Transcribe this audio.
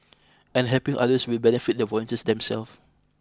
and helping others will benefit the volunteers themselves